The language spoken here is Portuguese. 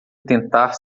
tentar